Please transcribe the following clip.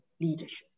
leadership